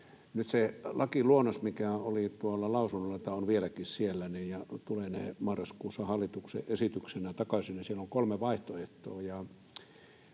Nyt siinä lakiluonnoksessa, mikä oli tuolla lausunnolla tai on vieläkin siellä ja tullee marraskuussa hallituksen esityksenä takaisin, on kolme vaihtoehtoa: